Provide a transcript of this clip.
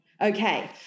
Okay